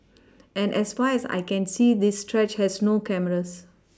and as far as I can see this stretch has no cameras